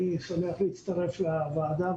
אני שמח להצטרף לוועדה.